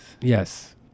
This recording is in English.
Yes